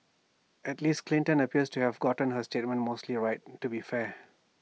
at least Clinton appears to have gotten her statements mostly right to be fair